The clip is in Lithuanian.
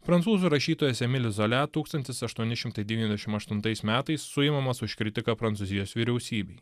prancūzų rašytojas emilis zola tūkstantis aštuoni šimtai devyniasdešimt aštuntais metais suimamas už kritiką prancūzijos vyriausybei